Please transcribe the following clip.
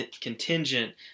contingent